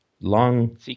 long